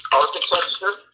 architecture